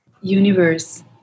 universe